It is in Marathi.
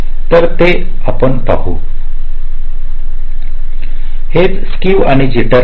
तर ते पाहू हेच ते स्केव आणि जिटर आहे